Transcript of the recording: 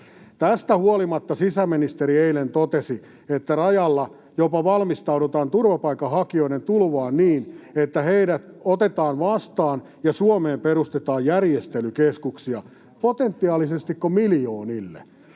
Tästä huolimatta sisäministeri eilen totesi, että rajalla valmistaudutaan jopa turvapaikanhakijoiden tulvaan niin, että heidät otetaan vastaan ja Suomeen perustetaan järjestelykeskuksia. Potentiaalisesti miljoonilleko?